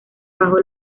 bajo